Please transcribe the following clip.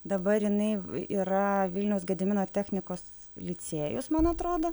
dabar jinai yra vilniaus gedimino technikos licėjus man atrodo